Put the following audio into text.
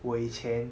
我以前